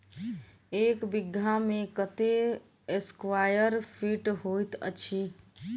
एक बीघा मे कत्ते स्क्वायर फीट होइत अछि?